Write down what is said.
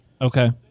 Okay